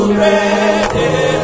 ready